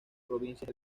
provincias